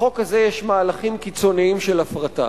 בחוק הזה יש מהלכים קיצוניים של הפרטה.